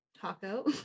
taco